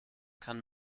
kann